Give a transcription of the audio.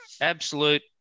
Absolute